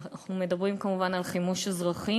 אנחנו מדברים כמובן על חימוש אזרחי,